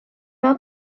mewn